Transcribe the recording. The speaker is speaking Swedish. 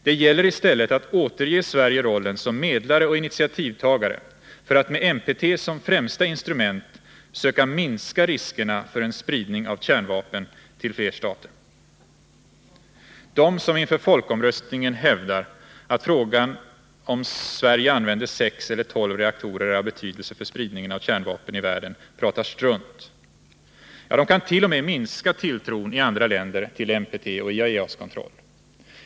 I stället gäller det att återge Sverige rollen som medlare och initiativtagare för att med NPT som främsta instrument söka minska riskerna för en spridning av kärnvapen till fler stater. De som inför folkomröstningen hävdar att frågan om Sverige använder sex eller tolv reaktorer är av betydelse för spridningen av kärnvapen i världen pratar strunt. Ja, de kan t.o.m. minska tilltron i andra länder till NPT och IAEA:s kontroll.